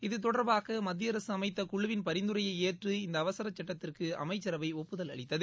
இது தொடர்பாக மத்திய அரசு அமைத்த குழுவின் பரிந்துரையை ஏற்று இந்த அவசர சட்டத்திற்கு அமைச்சரவை ஒப்புதல் அளித்தது